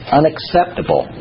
unacceptable